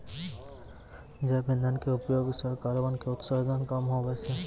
जैव इंधन के उपयोग सॅ कार्बन के उत्सर्जन कम होय छै